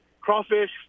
crawfish